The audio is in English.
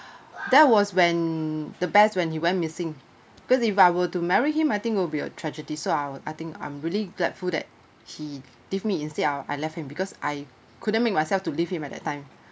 that was when the best when he went missing because if I were to marry him I think it'll be a tragedy so I'll I think I'm really grateful that he ditched me instead of I left him because I couldn't make myself to leave him at that time